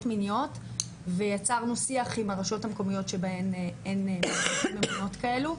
מיניות ויצרנו שיח עם הרשויות המקומיות שבהן אין ממונות כאלה.